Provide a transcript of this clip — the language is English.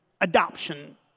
adoption